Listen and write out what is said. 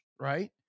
right